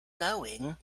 going